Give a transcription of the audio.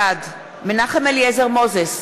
בעד מנחם אליעזר מוזס,